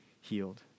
healed